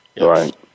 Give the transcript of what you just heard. Right